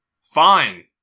Fine